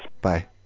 Bye